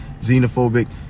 xenophobic